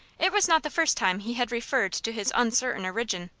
it was not the first time he had referred to his uncertain origin.